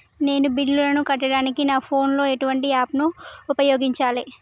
నేను బిల్లులను కట్టడానికి నా ఫోన్ లో ఎటువంటి యాప్ లను ఉపయోగించాలే?